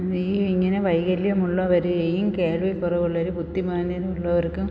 ഈ ഇങ്ങനെ വൈകല്യമുള്ളവരേയും കേൾവിക്കുറവുള്ളവർ ബുദ്ധി മാന്ദ്യത ഉള്ളവർക്കും